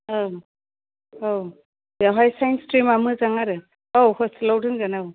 औ औ बेवहाय साइन्स स्ट्रिमा मोजां आरो औ हस्टेलाव दोनगोन ओं